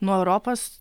nuo europos